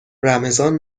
رمضان